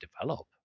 develop